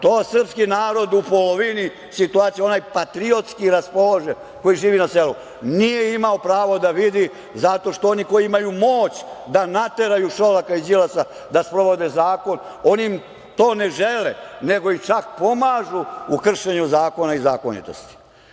To srpski narod u polovini situacija, onaj patriotski raspoložen koji živi na selu, nije imao pravo da vidi zato što oni koji imaju moć da nateraju Šolaka i Đilasa da sprovode zakon oni to ne žele, nego im čak pomažu u kršenju zakona i zakonitosti.